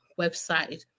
website